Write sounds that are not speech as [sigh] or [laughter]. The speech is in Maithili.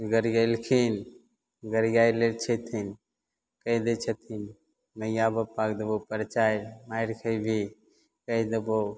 गरियेलखिन गरियैले छथिन कहि दै छथिन नहि आब [unintelligible] मारि खैबिही कहि देबौ